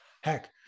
Heck